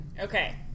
Okay